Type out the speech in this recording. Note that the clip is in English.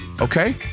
okay